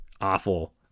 Awful